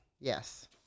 Yes